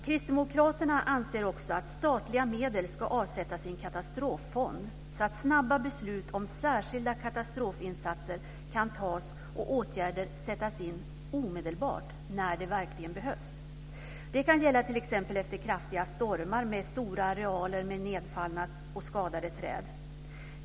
Kristdemokraterna anser också att statliga medel ska avsättas i en katastroffond, så att snabba beslut om särskilda katastrofinsatser kan tas och åtgärder sättas in omedelbart när det verkligen behövs. Det kan gälla t.ex. efter kraftiga stormar med stora arealer med nedfallna och skadade träd.